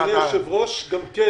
אדוני היושב-ראש, גם כן